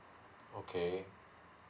okay